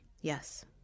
Yes